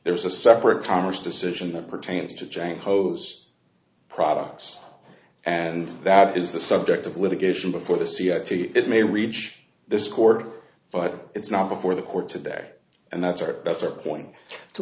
there's a separate commerce decision that pertains to janko those products and that is the subject of litigation before the c r t it may reach this court but it's not before the court today and that's our that's our point to